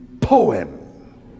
poem